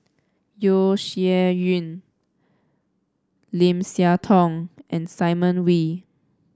Yeo Shih Yun Lim Siah Tong and Simon Wee